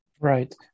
Right